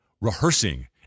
rehearsing